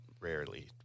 rarely